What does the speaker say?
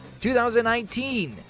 2019